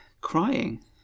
crying